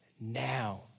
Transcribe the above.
now